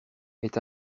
est